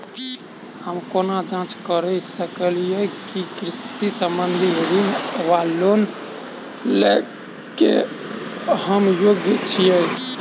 हम केना जाँच करऽ सकलिये की कृषि संबंधी ऋण वा लोन लय केँ हम योग्य छीयै?